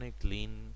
clean